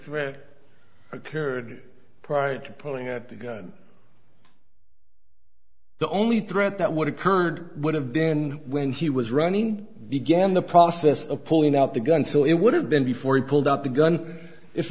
threat occurred prior to pulling out the gun the only threat that what occurred would have been when he was running began the process of pulling out the gun so it would have been before he pulled out the gun if